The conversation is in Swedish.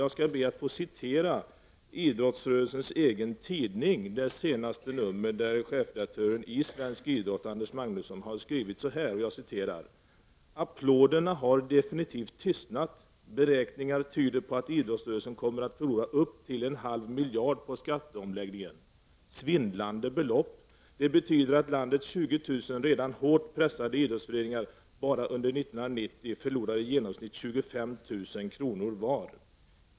Jag skall be att få citera ur det senaste numret av idrottsrörelsens egen tidning, Svensk idrott, där chefredaktören Anders Magnusson har skrivit följande: ”-—--applåderna har definitivt tystat. Beräkningar tyder på att idrottsrörelsen årligen kan komma att förlora upp till en halv miljard på skatteomläggningen. Svindlande belopp. Det betyder att landets 20000 redan hårt pressade idrottsföreningar bara under 1990 förlorar i genomsnitt 25 000 kronor var.